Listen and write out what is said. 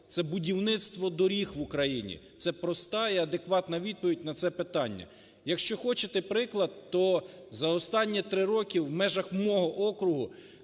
Це будівництво доріг в Україні. Це проста і адекватна відповідь на це питання. Якщо хочете приклад, то за останні три роки в межах мого округу